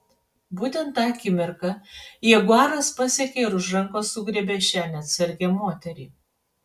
būtent tą akimirką jaguaras pasiekė ir už rankos sugriebė šią neatsargią moterį